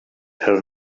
her